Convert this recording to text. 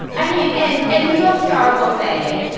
i mean, and and the ustr will say,